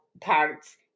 parts